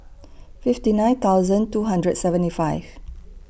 fifty nine thousand two hundred seventy five